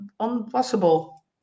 impossible